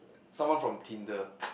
someone from Tinder